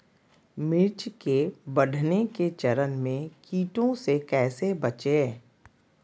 मिर्च के बढ़ने के चरण में कीटों से कैसे बचये?